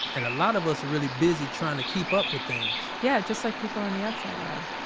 and a lot of us are really busy trying to keep up with things yeah, just like people on the outside are.